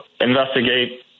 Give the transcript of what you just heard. investigate